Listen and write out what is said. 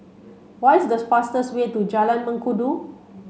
what is the fastest way to Jalan Mengkudu